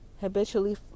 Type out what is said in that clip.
habitually